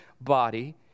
body